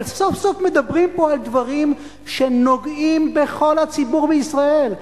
אבל סוף-סוף מדברים פה על דברים שנוגעים בכל הציבור בישראל,